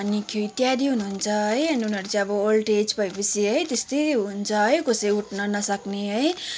अनि खेरि इत्यादि हुनुहुन्छ है अनि उनीहरू चाहिँ अब ओल्ड एज भए पछि है त्यस्तै हुन्छ है कसै उठ्न नसक्ने है